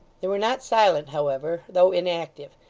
they were not silent, however, though inactive.